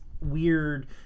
weird